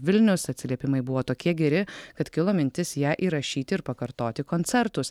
vilnius atsiliepimai buvo tokie geri kad kilo mintis ją įrašyti ir pakartoti koncertus